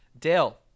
Dale